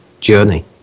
journey